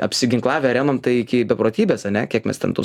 apsiginklavę remontai iki beprotybės ane kiek mes ten tų